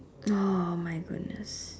!oh-my-goodness!